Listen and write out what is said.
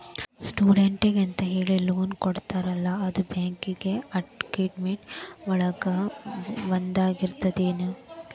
ಸ್ಟೂಡೆಂಟ್ಸಿಗೆಂತ ಹೇಳಿ ಲೋನ್ ಕೊಡ್ತಾರಲ್ಲ ಅದು ಬ್ಯಾಂಕಿಂಗ್ ಆಕ್ಟಿವಿಟಿ ಒಳಗ ಒಂದಾಗಿರ್ತದ